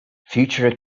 future